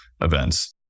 events